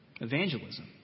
evangelism